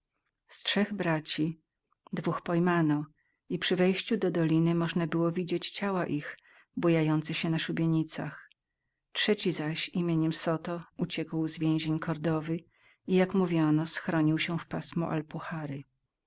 z trzech braci dwóch pojmano i przy wejściu do doliny można było widzieć ciała ich bujające na szubienicach trzeci zaś nazwiskiem zoto uciekł z więzień kordowy i jak mówiono schronił się w pasmo alpuhary